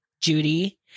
Judy